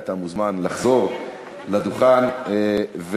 אנחנו מדברים פה על דברים טכניים, אבל